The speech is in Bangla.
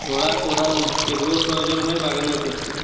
ঝোড়া কোদাল এগুলোও প্রয়োজন হয় বাগানের ক্ষেত্রে